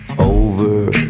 Over